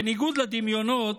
בניגוד לדמיונות,